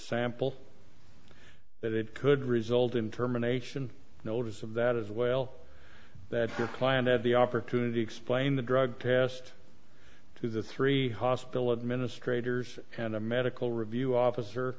sample that it could result in terminations notice of that as well that your client had the opportunity explain the drug past to the three hospital administrator zz and a medical review officer